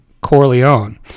Corleone